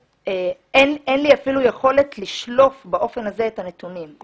אין לי אפילו יכולת לשלוף באופן הזה את הנתונים.